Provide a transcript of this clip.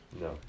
No